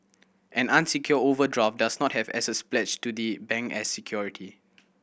an unsecured overdraft does not have assets pledged to the bank as security